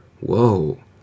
Whoa